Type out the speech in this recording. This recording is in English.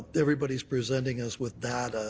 everybody's presenting us with data,